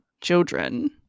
children